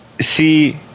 see